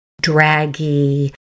draggy